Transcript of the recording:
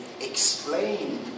explain